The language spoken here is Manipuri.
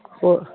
ꯍꯣ